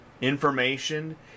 Information